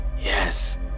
Yes